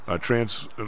Trans